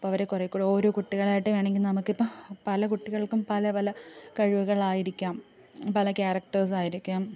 അപ്പോൾ അവർ കുറെ കൂടി ഓരോ കുട്ടികളായിട്ട് വേണമെങ്കിൽ നമുക്കിപ്പോൾ പല കുട്ടികൾക്കും പല പല കഴിവുകൾ ആയിരിക്കാം പല ക്യാരക്ടേഴ്സ് ആയിരിക്കാം